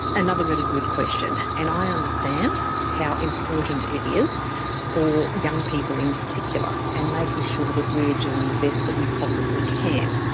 another really good question, and i understand how important it is for young people in particular and making sure that we are doing the best that we possibly can.